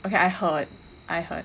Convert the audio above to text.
okay I heard I heard